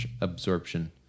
absorption